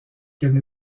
qu’elle